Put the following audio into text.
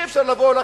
אי-אפשר רק